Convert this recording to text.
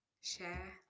Share